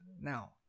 now